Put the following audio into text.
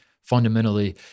fundamentally